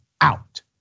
out